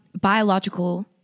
biological